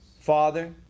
Father